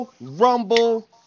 Rumble